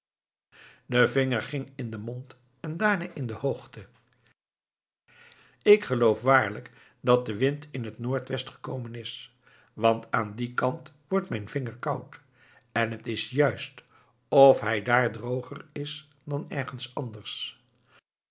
de vinger ging in den mond en daarna in de hoogte ik geloof waarlijk dat de wind in het noord-west gekomen is want aan dien kant wordt mijn vinger koud en het is juist of hij daar droger is dan ergens anders